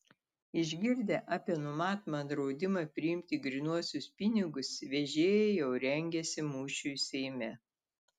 išgirdę apie numatomą draudimą priimti grynuosius pinigus vežėjai jau rengiasi mūšiui seime